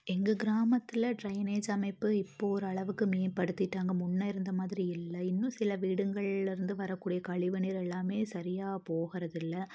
எங்கள் கிராமத்தில் ட்ரைனேஜ் அமைப்பு இப்போது ஓரளவுக்கு மேம்படுத்திட்டாங்க முன்னே இருந்த மாதிரி இல்லை இன்னும் சில வீடுங்கள்ல இருந்து வரக் கூடிய கழிவுநீர் எல்லாம் சரியாக போகிறது இல்லை